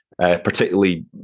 particularly